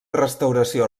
restauració